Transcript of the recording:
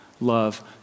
love